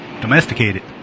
Domesticated